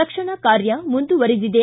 ರಕ್ಷಣಾ ಕಾರ್ಯ ಮುಂದುವರೆದಿದೆ